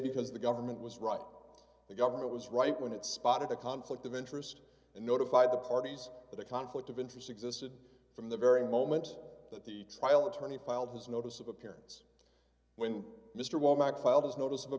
because the government was right the government was right when it spotted a conflict of interest and notified the parties that a conflict of interest existed from the very moment that the trial attorney filed his notice of appearance when mr